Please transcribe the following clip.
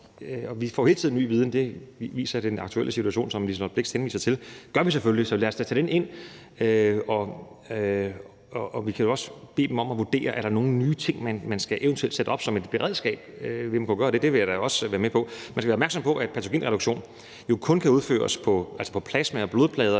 Vi får jo hele tiden ny viden. Det viser den aktuelle situation, som fru Liselott Blixt henviser til. Det gør vi selvfølgelig. Så lad os da tage den viden ind. Vi kan jo også bede dem om at vurdere, om der er nogle nye ting, man eventuelt skal sætte op som et beredskab. Det vil jeg da også være med på. Man skal være opmærksom på, at patogenreduktion kun kan udføres på plasma og blodplader